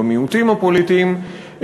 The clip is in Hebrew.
במיעוטים הפוליטיים,